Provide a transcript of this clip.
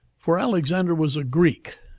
for alexander was a greek,